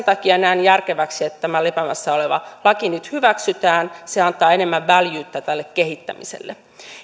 takia näen järkeväksi että tämä lepäämässä oleva laki nyt hyväksytään se antaa enemmän väljyyttä tälle kehittämiselle